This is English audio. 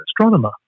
astronomer